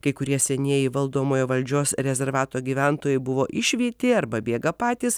kai kurie senieji valdomojo valdžios rezervato gyventojai buvo išvyti arba bėga patys